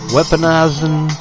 Weaponizing